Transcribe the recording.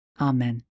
Amen